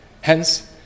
Hence